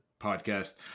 podcast